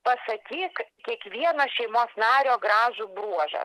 pasakyk kiekvieno šeimos nario gražų bruožą